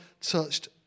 touched